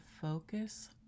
focus